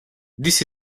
this